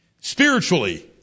spiritually